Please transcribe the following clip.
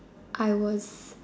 I was